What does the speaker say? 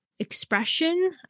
Expression